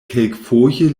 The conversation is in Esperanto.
kelkfoje